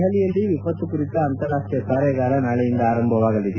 ದೆಹಲಿಯಲ್ಲಿ ವಿಪತ್ತು ಕುರಿತ ಅಂತಾರಾಷ್ಷೀಯ ಕಾರ್ಯಾಗಾರ ನಾಳೆಯಿಂದ ಆರಂಭವಾಗಲಿದೆ